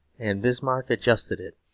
and bismarck adjusted it,